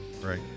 Right